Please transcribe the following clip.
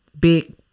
big